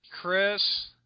Chris